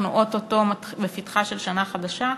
אנחנו או-טו-טו בפתחה של שנה חדשה,